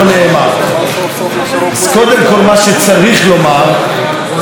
אז קודם כול, מה שצריך לומר זה שאנחנו כאופוזיציה,